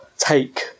take